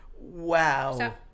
Wow